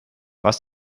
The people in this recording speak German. was